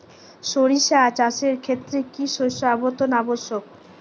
সরিষা চাষের ক্ষেত্রে কি শস্য আবর্তন আবশ্যক?